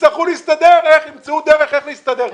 יצטרכו להסתדר וימצאו דרך איך להסתדר.